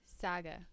Saga